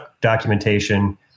documentation